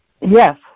Yes